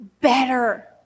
Better